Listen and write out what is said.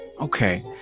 Okay